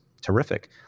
terrific